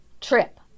trip